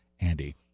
Andy